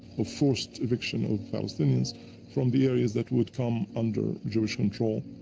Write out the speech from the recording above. of forced eviction of palestinians from the areas that would come under jewish control,